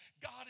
God